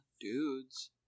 Dudes